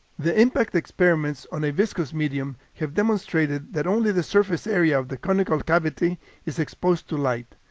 the impact experiments on a viscous medium have demonstrated that only the surface area of the conical cavity is exposed to light.